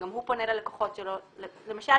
וגם הוא פונה ללקוחות שלו בטלפון למשל,